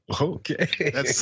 Okay